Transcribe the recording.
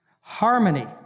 Harmony